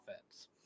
offense